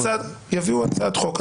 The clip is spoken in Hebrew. יביאו הצעת חוק,